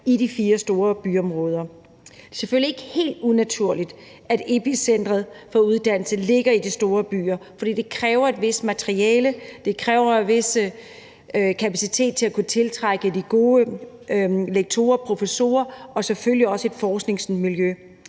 i de fire store byområder. Det er selvfølgelig ikke helt unaturligt, at epicentrene for uddannelse ligger i de store byer, for det kræver et vist materiale og en vis kapacitet for at kunne tiltrække de gode lektorer og professorer – og selvfølgelig også et forskningsmiljø.